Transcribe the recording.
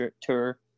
tour